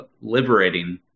liberating